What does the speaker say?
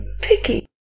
picky